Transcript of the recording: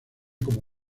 como